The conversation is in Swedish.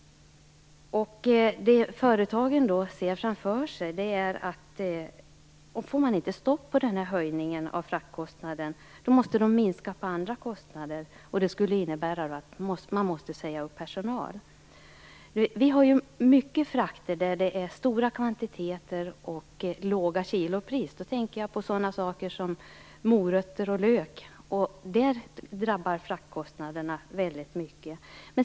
Det företagen ser framför sig är att de måste minska på andra kostnader om de inte får stopp på höjningen av fraktkostnaderna. Det skulle innebära att man måste säga upp personal. Vi har många frakter där det handlar om stora kvantiteter och låga kilopris. Jag tänker på sådant som morötter och lök. Där drabbar fraktkostnaderna väldigt hårt.